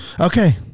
Okay